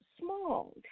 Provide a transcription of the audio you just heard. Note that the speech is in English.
small